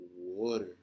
Water